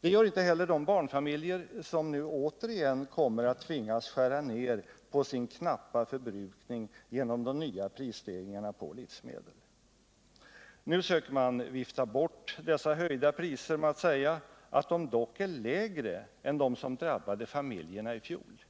Det gör inte heller de barnfamiljer som nu återigen kommer att tvingas skära ner sin knappa förbrukning på grund av de nya prisstegringarna på livsmedel. Nu försöker man vifta bort dessa prishöjningar genom att säga att de dock är lägre än de som drabbade familjerna i fjol.